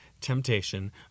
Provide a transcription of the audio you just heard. temptation